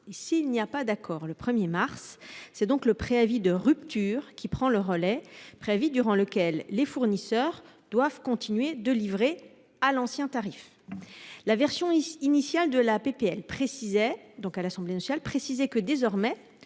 S'il n'y a pas d'accord à cette date, c'est le préavis de rupture qui prend le relais, préavis durant lequel les fournisseurs doivent continuer de livrer à l'ancien tarif. La version initiale de la proposition de loi, soumise à l'Assemblée nationale, précisait que ce serait